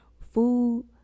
food